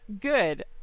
Good